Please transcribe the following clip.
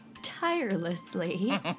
tirelessly